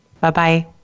Bye-bye